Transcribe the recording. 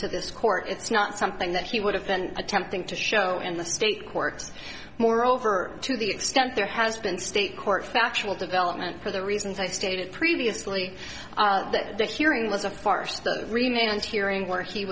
to this court it's not something that he would have been attempting to show in the state court moreover to the extent there has been state court factual development for the reasons i stated previously that the hearing was a farce but it remains hearing where he